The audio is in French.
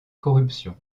corruption